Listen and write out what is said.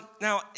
now